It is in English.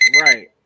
Right